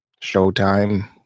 showtime